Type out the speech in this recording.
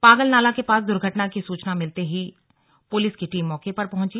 पागल नाला के पास दुर्घटना की सूचना मिलते ही क्त्थ और पुलिस की टीम मौके पर पहुंची